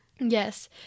Yes